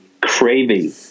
craving